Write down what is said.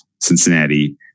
Cincinnati